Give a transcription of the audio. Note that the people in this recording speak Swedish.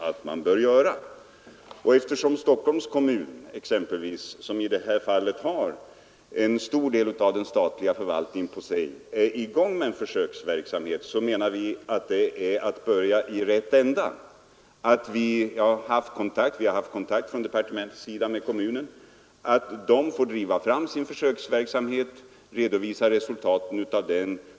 Från departementets sida har vi haft kontakt med Stockholms kommun, som har en stor del av den statliga förvaltningen hos sig och som nu är i gång med en försöksverksamhet. Vi menar att det är att börja i rätt ända att Stockholms kommun får driva fram sin försöksverksamhet och redovisa resultaten av den.